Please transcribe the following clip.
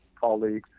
colleagues